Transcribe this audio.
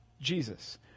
Jesus